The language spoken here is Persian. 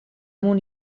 مون